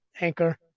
Anchor